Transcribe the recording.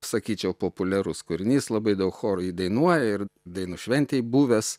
sakyčiau populiarus kūrinys labai daug chorų jį dainuoja ir dainų šventėj buvęs